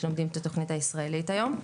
שלומדים את התכנית הישראלית היום.